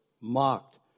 mocked